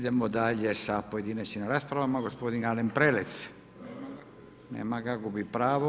Idemo dalje sa pojedinačnim raspravama, gospodin Alen Prelec, nema ga, gubi pravo.